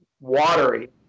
watery